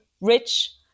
rich